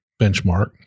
benchmark